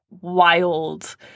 wild